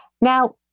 Now